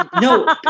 No